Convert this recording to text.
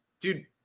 Dude